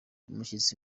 umushyitsi